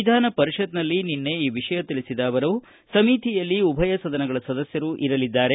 ವಿಧಾನಪರಿಷತ್ನಲ್ಲಿ ನಿನ್ನೆ ಈ ವಿಷಯ ತಿಳಿಸಿದ ಅವರು ಸಮಿತಿಯಲ್ಲಿ ಉಭಯ ಸದನಗಳ ಸದಸ್ಯರು ಇರಲಿದ್ದಾರೆ